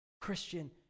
Christian